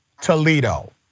Toledo